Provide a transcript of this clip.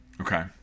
Okay